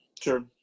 Sure